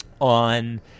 On